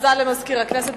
הכרזה למזכיר הכנסת.